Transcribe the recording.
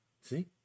See